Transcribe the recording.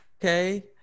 okay